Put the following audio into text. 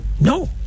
No